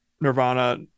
nirvana